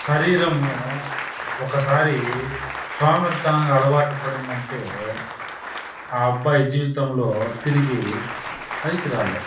శరీరము ఒకసారి సోమరితనంగా అలవాటు పడిందంటే ఆ అబ్బాయి జీవితంలో తిరిగి పైకి రాలేడు